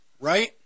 right